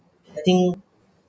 letting